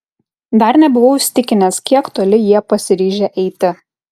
dar nebuvau įsitikinęs kiek toli jie pasiryžę eiti